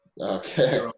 Okay